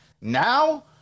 Now